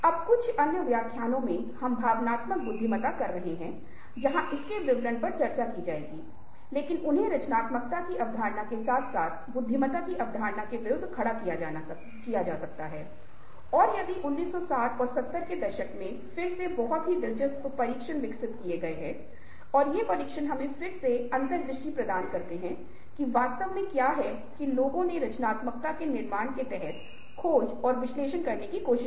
अब कुछ अन्य व्याख्यानों में हम भावनात्मक बुद्धिमत्ता कर रहे हैं जहाँ इसके विवरण पर चर्चा की जाएगी लेकिन उन्हें रचनात्मकता की अवधारणा के साथ साथ बुद्धिमत्ता की अवधारणा के विरुद्ध खड़ा किया जा सकता है और 1960 और 70 के दशक में फिर से बहुत ही दिलचस्प परीक्षण विकसित किए गए और ये परीक्षण हमें फिर से अंतर्दृष्टि प्रदान करते हैं कि वास्तव में क्या है कि लोगों ने रचनात्मकता के निर्माण के तहत खोज और विश्लेषण करने की कोशिश की